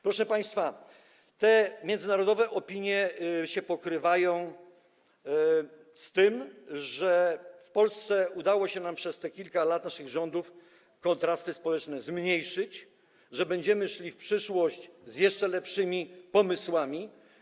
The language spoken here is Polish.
Proszę państwa, te międzynarodowe opinie pokrywają się z tym, że w Polsce udało się nam przez te kilka lat naszych rządów zmniejszyć kontrasty społeczne i że będziemy szli w przyszłość z jeszcze lepszymi pomysłami.